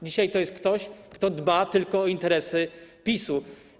Dzisiaj to jest ktoś, kto dba tylko o interesy PiS-u.